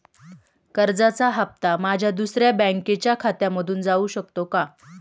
कर्जाचा हप्ता माझ्या दुसऱ्या बँकेच्या खात्यामधून जाऊ शकतो का?